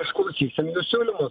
išklausysim jų siūlymu